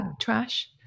trash